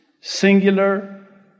singular